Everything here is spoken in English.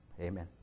Amen